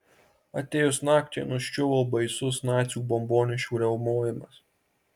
atėjus nakčiai nuščiuvo baisus nacių bombonešių riaumojimas